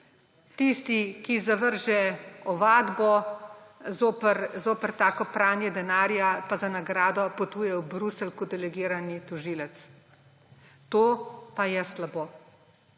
tisti, ki zavrže ovadbo zoper tako pranje denarja, pa za nagrado potuje v Bruselj kot delegirani tožilec. To pa je slabo.